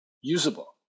usable